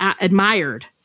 admired